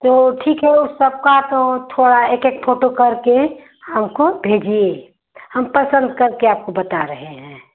तो ठीक है उन सबका थोड़ा एक एक फ़ोटो करके हमको भेजिए हम पसंद करके आपको बता रहे हैं